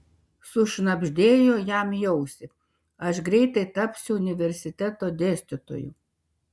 sušnabždėjo jam į ausį aš greitai tapsiu universiteto dėstytoju